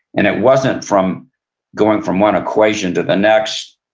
and it wasn't from going from one equation to the next,